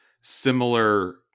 similar